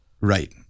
Right